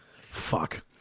Fuck